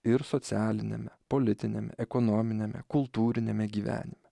ir socialiniame politiniame ekonominiame kultūriniame gyvenime